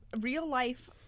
real-life